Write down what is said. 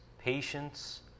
Patience